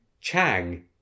Chang